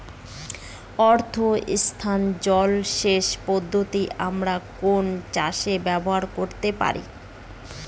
অর্ধ স্থায়ী জলসেচ পদ্ধতি আমরা কোন চাষে ব্যবহার করতে পারি?